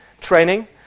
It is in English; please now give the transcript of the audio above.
training